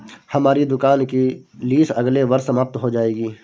हमारी दुकान की लीस अगले वर्ष समाप्त हो जाएगी